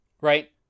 right